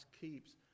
keeps